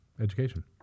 education